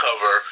cover